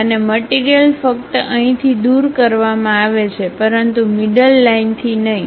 અને મટીરીયલ ફક્ત અહીંથી દૂર કરવામાં આવે છે પરંતુ મિડલ લાઈન થી નહીં